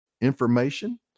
information